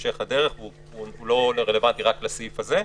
בהמשך הדרך, והוא לא רלוונטי רק לסעיף הזה.